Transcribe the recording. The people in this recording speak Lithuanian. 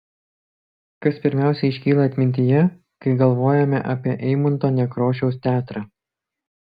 kas pirmiausia iškyla atmintyje kai galvojame apie eimunto nekrošiaus teatrą